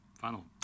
final